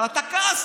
אבל אתה כעסת,